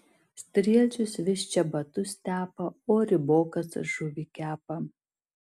strielčius vis čebatus tepa o rybokas žuvį kepa